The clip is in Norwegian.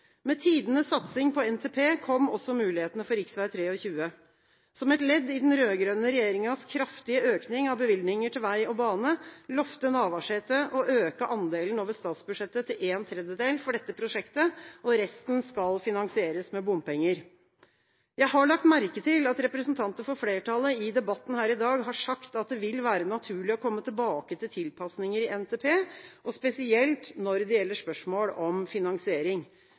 Med tidenes satsing på NTP kom også mulighetene for rv. 23. Som et ledd i den rød-grønne regjeringas kraftige økning av bevilgninger til vei og bane lovet Navarsete å øke andelen over statsbudsjettet til en tredjedel for dette prosjektet, og resten skal finansieres med bompenger. Jeg har lagt merke til at representanter for flertallet i debatten her i dag har sagt at det vil være naturlig å komme tilbake til tilpasninger i NTP, og spesielt når det gjelder spørsmål om finansiering.